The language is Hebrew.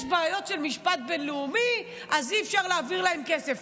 יש בעיות של משפט בין-לאומי אז אי-אפשר להעביר כסף.